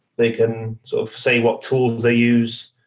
they can sort of say what tools they use,